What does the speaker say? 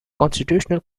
constitutional